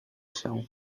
się